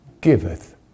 giveth